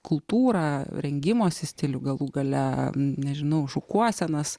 kultūrą rengimosi stilių galų gale nežinau šukuosenas